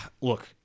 Look